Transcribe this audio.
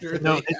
No